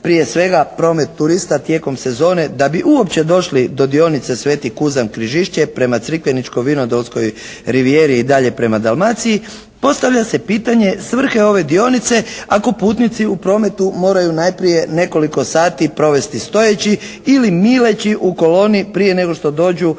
prije svega promet turista tijekom sezone da bi uopće došli do dionice Sv. Kuzam Križišće prema Crikveničko-Vinodolskoj rivijeri i dalje prema Dalmaciji, postavlja se pitanje svrhe ove dionice ako putnici u prometu moraju najprije nekoliko sati provesti stojeći ili mileći u koloni prije nego što dođu do